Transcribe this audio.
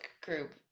group